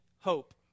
hope